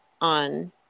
on